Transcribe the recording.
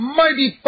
mighty